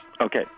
Okay